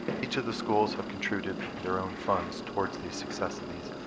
each of the schools have contributed their own funds towards the success of these